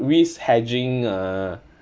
risk hedging uh